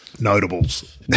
Notables